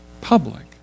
public